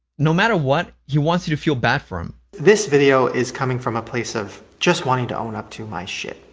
no matter what, he wants you to feel bad for him. this video is coming from a place of just wanting to own up to my sh-t,